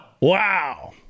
Wow